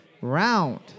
round